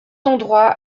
endroit